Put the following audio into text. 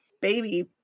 baby